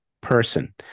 person